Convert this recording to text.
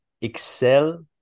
excel